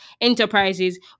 enterprises